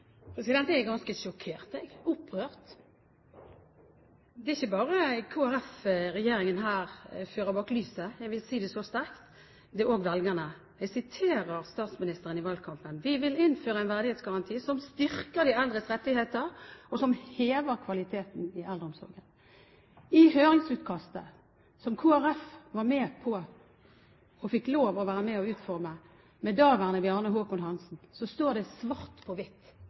er ganske sjokkert, opprørt. Det er ikke bare Kristelig Folkeparti regjeringen her fører bak lyset – jeg vil si det så sterkt – men også velgerne. Jeg siterer statsministeren i valgkampen: «Vi vil innføre en verdighetsgaranti som styrker de eldres rettigheter, og som hever kvaliteten i eldreomsorgen.» I høringsutkastet som Kristelig Folkeparti fikk lov til å være med og utforme sammen med daværende helse- og omsorgsminister Bjarne Håkon Hanssen, står det svart på